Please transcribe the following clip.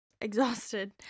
exhausted